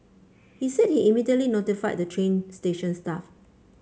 he said he immediately notified the train station staff